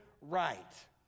right